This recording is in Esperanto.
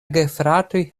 gefratoj